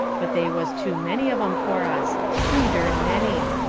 but they was too many of em for us too dern many.